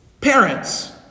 Parents